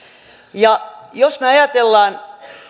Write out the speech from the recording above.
jos me ajattelemme